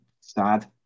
sad